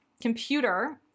computer